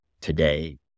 today